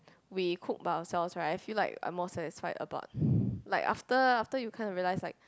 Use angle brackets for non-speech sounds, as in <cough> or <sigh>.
we cooked by ourselves right I feel like I more satisfied about <breath> like after after you can't to realize like